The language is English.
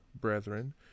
brethren